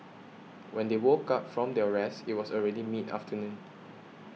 when they woke up from their rest it was already mid afternoon